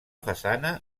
façana